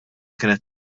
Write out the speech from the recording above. kienet